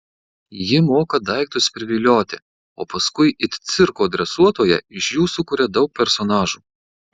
ji moka daiktus privilioti o paskui it cirko dresuotoja iš jų sukuria daug personažų